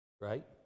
right